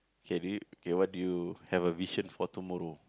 K we K what do you have a vision for tomorrow